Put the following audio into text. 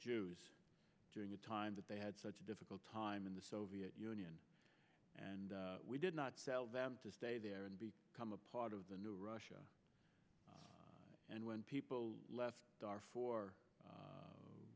jews during the time that they had such a difficult time in the soviet union and we did not sell them to stay there and be come a part of the new russia and when people left for